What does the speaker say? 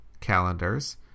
calendars